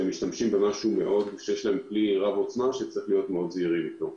שיש להם כלי רב עוצמה וצריך להיות מאוד זהירים איתו.